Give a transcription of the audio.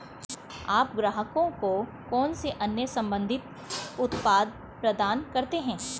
आप ग्राहकों को कौन से अन्य संबंधित उत्पाद प्रदान करते हैं?